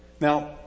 Now